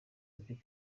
ati